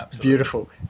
Beautiful